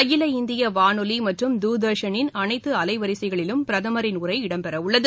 அகில இந்திய வானொலி மற்றும் துர்தர்ஷனிள் அளைத்து அலைவரிசைகளிலும் பிரதமரின் உரை இடம்பெறவுள்ளது